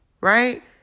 Right